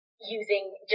using